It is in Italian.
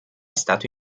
stato